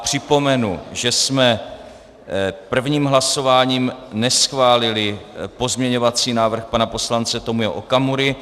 Připomenu, že jsme prvním hlasováním neschválili pozměňovací návrh pana poslance Tomio Okamury.